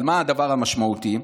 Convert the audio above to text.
אבל מה הדבר המשמעותי?